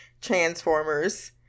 Transformers